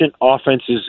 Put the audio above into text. offenses